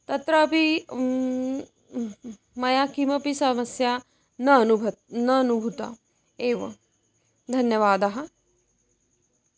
तत्रापि मया किमपि समस्या न अनुभूता न अनुभूता एव धन्यवादः